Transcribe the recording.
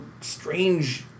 strange